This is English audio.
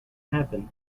happen